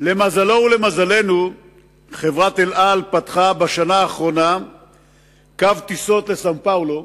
למזלו ולמזלנו חברת "אל על" פתחה בשנה האחרונה קו טיסות לסאו-פאולו,